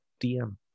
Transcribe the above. DM